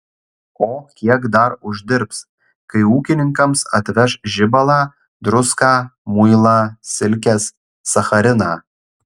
o kiek dar uždirbs kai ūkininkams atveš žibalą druską muilą silkes sachariną